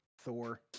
Thor